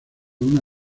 una